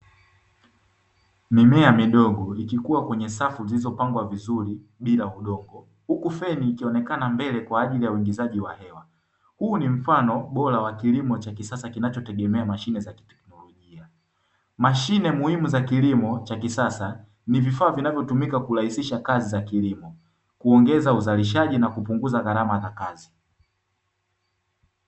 Mimea midogo ikikua kwenye safu iliyopangwa vizuri bila udongo huku feni ikionekana mbele kwa ajili ya uingizaji wa hewa, huu ni mfano bora wa kilimo cha kisasa kinachotegemea mashine za kiteknolojia. Mashine muhimu za kilimo cha kisasa ni vifaa vinavyotumika kurahisisha kazi za kilimo kuongeza uzalishaji na kupunguza gharama za kazi.